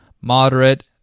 Moderate